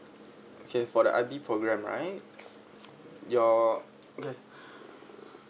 okay for the I_B program right your okay